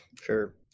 Sure